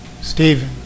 Stephen